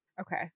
Okay